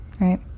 Right